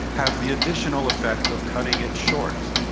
have the additional effect of cutting it short.